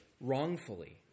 wrongfully